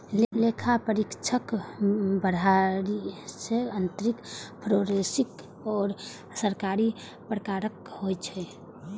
लेखा परीक्षक बाह्य, आंतरिक, फोरेंसिक आ सरकारी प्रकारक होइ छै